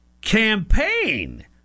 campaign